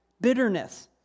bitterness